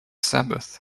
sabbath